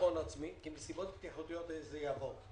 כי מסיבות בטיחותיות זה יעבור.